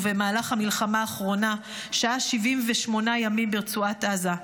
ובמהלך המלחמה האחרונה שהה 78 ימים ברצועת עזה.